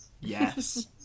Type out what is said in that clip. Yes